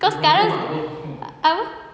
kau sekarang apa